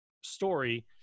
story